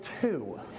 two